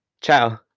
Ciao